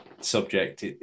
subject